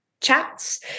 chats